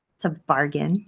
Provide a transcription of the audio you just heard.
it's a bargain.